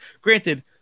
Granted